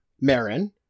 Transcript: Marin